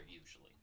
usually